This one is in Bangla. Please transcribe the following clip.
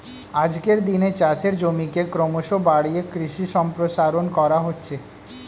আজকের দিনে চাষের জমিকে ক্রমশ বাড়িয়ে কৃষি সম্প্রসারণ করা হচ্ছে